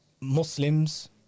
Muslims